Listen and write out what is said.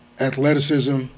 athleticism